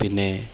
പിന്നെ